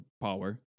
power